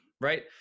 right